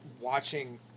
watching